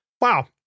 Wow